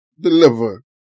deliver